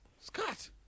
Scott